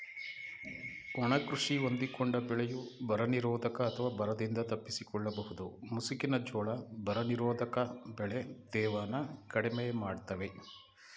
ಒಣ ಕೃಷಿ ಹೊಂದಿಕೊಂಡ ಬೆಳೆಯು ಬರನಿರೋಧಕ ಅಥವಾ ಬರದಿಂದ ತಪ್ಪಿಸಿಕೊಳ್ಳಬಹುದು ಮುಸುಕಿನ ಜೋಳ ಬರನಿರೋಧಕ ಬೆಳೆ ತೇವನ ಕಡಿಮೆ ಮಾಡ್ತವೆ